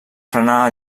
frenar